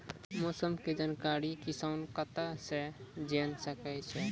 मौसम के जानकारी किसान कता सं जेन सके छै?